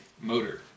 motor